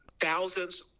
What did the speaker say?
thousands